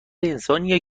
انسانیه